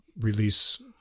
release